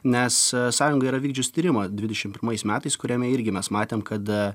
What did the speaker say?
nes sąjunga yra vykdžius tyrimą dvidešimt pirmais metais kuriame irgi mes matėm kada